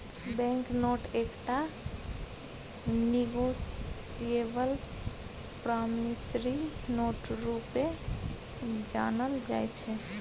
bank note एकटा negotiable promissory note रुपे जानल जाइ छै